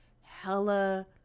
hella